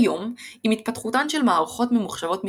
כיום, עם התפתחותן של מערכות ממוחשבות מתקדמות,